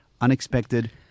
unexpected